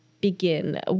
begin